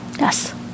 Yes